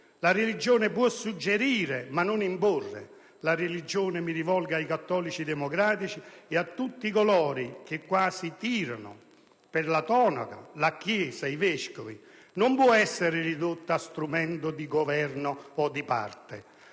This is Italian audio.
La religione può suggerire, ma non imporre. La religione - mi rivolgo ai cattolici democratici e a tutti coloro che quasi tirano per la tonaca la Chiesa e i vescovi - non può essere ridotta a strumento di Governo o di parte.